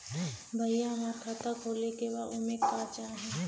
भईया हमार खाता खोले के बा ओमे का चाही?